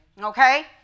Okay